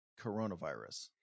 coronavirus